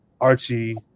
Archie